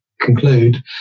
conclude